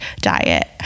diet